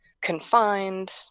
confined